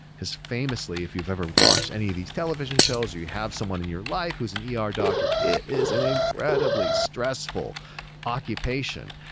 famously, if you've ever watched any of these television shows or you have someone in your life who's an yeah ah er doctor, it is an incredibly stressful occupation,